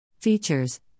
Features